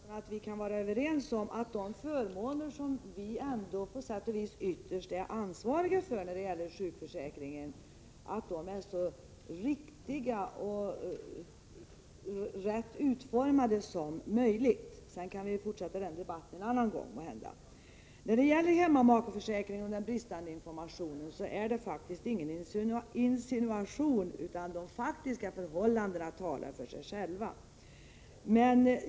Fru talman! Jag hoppas, Nils-Olof Gustafsson, att vi kan vara överens om att de förmåner som vi ändå på sätt och vis ytterst är ansvariga för när det gäller sjukförsäkringen är så riktigt och rätt utformade som möjligt. Sedan kan vi måhända fortsätta den debatten en annan gång. När det gäller hemmamakeförsäkringen och den bristande informationen var det faktiskt inga insinuationer, utan de faktiska förhållandena talar för sig själva.